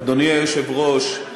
אדוני היושב-ראש,